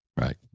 Right